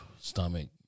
stomach